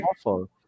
awful